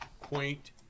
quaint